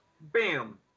bam